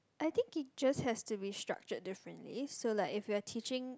I think teacher have to be structured differently so like if you are teaching